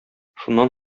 шуннан